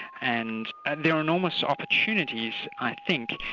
and they are enormous opportunities i think,